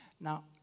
Now